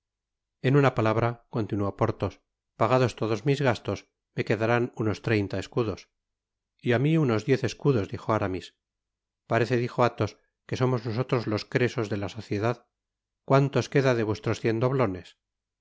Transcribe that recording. en una palabra continuó porthos pagados todos mis gastos me quedarán unos treinta escudos y á mi unos diez escudos dijo aramis parece dijo athos que somos nosotros los cresos de la sociedad cuánto os queda de vuestros cien doblones